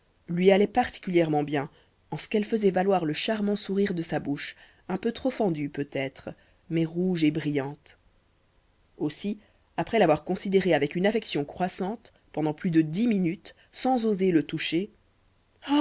lui allait particulièrement bien en ce qu'elle faisait valoir le charmant sourire de sa bouche un peu trop fendue peut-être mais rouge et brillante aussi après l'avoir considéré avec une affection croissante pendant plus de dix minutes sans oser le toucher